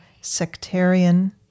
sectarian